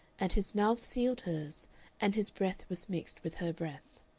and his mouth sealed hers and his breath was mixed with her breath.